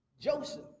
Joseph